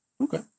okay